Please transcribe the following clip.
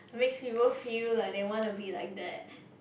makes people feel like they wanna be like that